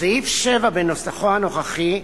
סעיף 7, בנוסחו הנוכחי,